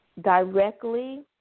directly